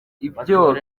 ibyo